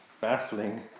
baffling